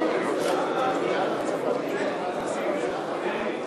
חד"ש רע"ם-תע"ל-מד"ע בל"ד